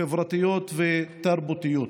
חברתיות ותרבותיות.